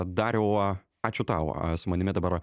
dariau a ačiū tau su manimi dabar